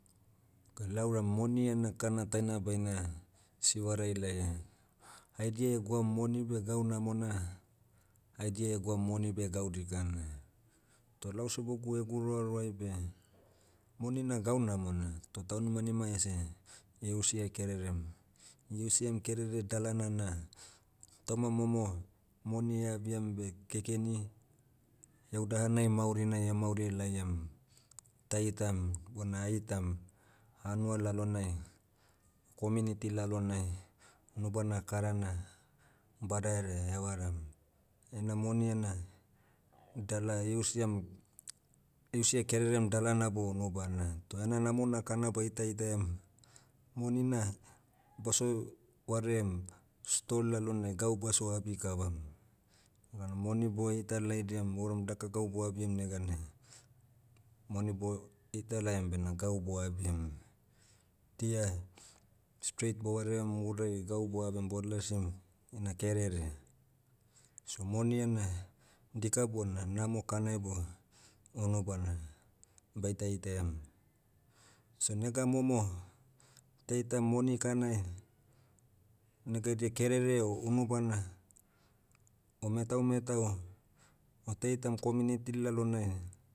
Ke lauram moni ena kana taina baina, sivarai laia. Haidia egwaum moni beh gau namona, haidia egwaum moni beh gau dikana. Toh lau sibogu egu roaroai beh, moni na gau namona, toh taunimanima ese, eusia kererem. Iusiam kerere dalana na, tauma momo, moni eabiam beh kekeni, heuda hanai maurina mauri laiam. Taitam, bona aitam, hanua lalonai, community lalonai, unubana karana, badaherea evaram. Ena moni ena, dala iusiam, iusia kererem dalana bo unubana. Toh ena namona kana baita itaiam, moni na, baso, vaream, sto lalonai gau baso abi kavam. Vada moni boa heitalaidiam ouram daka gau boabim neganai, mani bo, heitalaiam bena gau boabim. Dia, straight bovaream urai gau boabim bolasim, ina kerere. So moni ena, dika bona namo kanai bo, unubana, baita itaiam. So nega momo, taitam moni kanai, negaidia kerere o unubana, o metau metau, o teitam community lalonai